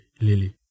Lily